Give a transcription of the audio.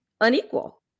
unequal